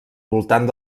voltant